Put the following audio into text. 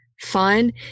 fun